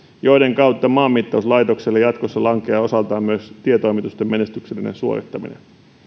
joiden kautta maanmittauslaitokselle jatkossa lankeaa osaltaan myös tietoimitusten menestyksellinen suorittaminen